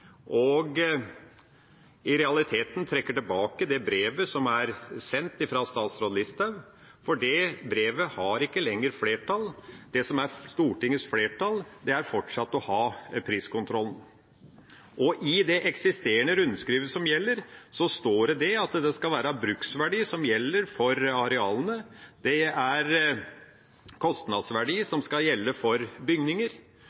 og i realiteten trekker tilbake det brevet som ble sendt fra statsråd Listhaug, for bak det brevet er det ikke lenger flertall. Det som er Stortingets flertall, er fortsatt å ha priskontrollen. I det eksisterende rundskrivet som gjelder, står det at det er bruksverdien som skal gjelde for arealene, det er kostnadsverdien som skal gjelde for bygninger,